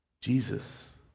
Jesus